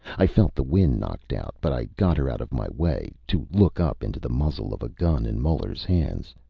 i felt the wind knocked out, but i got her out of my way to look up into the muzzle of a gun in muller's hands.